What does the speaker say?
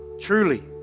truly